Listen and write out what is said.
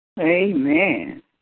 Amen